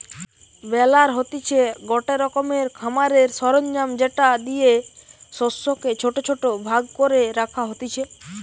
বেলার হতিছে গটে রকমের খামারের সরঞ্জাম যেটা দিয়ে শস্যকে ছোট ছোট ভাগ করে রাখা হতিছে